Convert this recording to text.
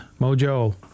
Mojo